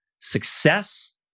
success